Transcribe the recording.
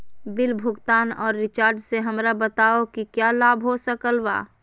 Bill भुगतान और recharge से हमरा बताओ कि क्या लाभ हो सकल बा?